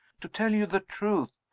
to tell you the truth,